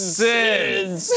sins